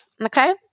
Okay